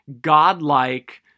godlike